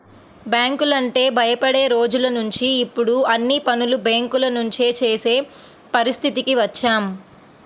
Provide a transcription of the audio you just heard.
బ్యాంకులంటే భయపడే రోజులనుంచి ఇప్పుడు అన్ని పనులు బ్యేంకుల నుంచే చేసే పరిస్థితికి వచ్చాం